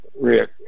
rick